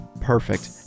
Perfect